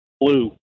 Blue